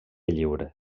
lliure